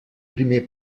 primer